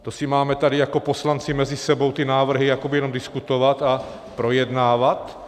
To si máme tady jako poslanci mezi sebou ty návrhy jakoby jenom diskutovat a projednávat?